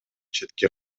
четке